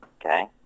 okay